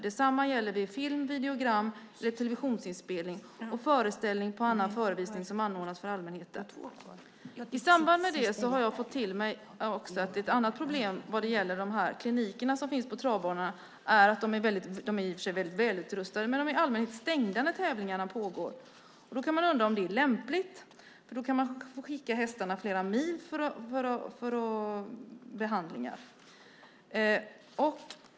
Detsamma gäller vid film, videogram eller televisionsinspelning och föreställning eller annan förevisning som anordnas för allmänheten. I samband med detta har jag fått vetskap om ett annat problem, att klinikerna som finns vid travbanorna, som i och för sig är väldigt välutrustade, i allmänhet är stängda när tävlingarna pågår. Jag undrar om det är lämpligt. Man kan få skicka hästarna flera mil för behandlingar.